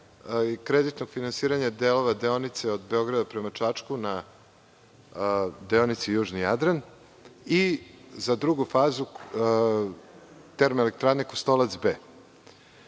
kreditnog finansiranja delova deonice od Beograda prema Čačku na deonici Južni Jadran i za drugu fazu Termoelektrane „Kostolac